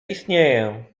istnieję